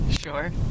Sure